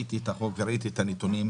ראיתי את החוק וראיתי את הנתונים,